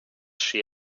she